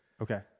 Okay